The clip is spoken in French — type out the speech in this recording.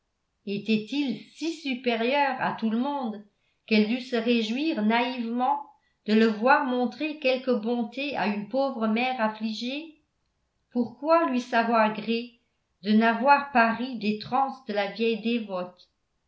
etait-il si supérieur à tout le monde qu'elle dût se réjouir naïvement de le voir montrer quelque bonté à une pauvre mère affligée pourquoi lui savoir gré de n'avoir pas ri des transes de la vieille dévote